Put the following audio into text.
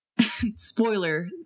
spoiler